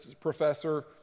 professor